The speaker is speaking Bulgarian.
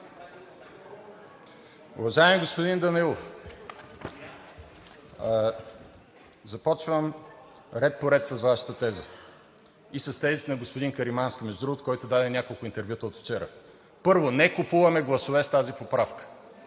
Уважаеми господин Данаилов, започвам ред по ред с Вашата теза и с тезите на господин Каримански, между другото, който даде няколко интервюта от вчера. Първо, не купуваме гласове с тази поправка.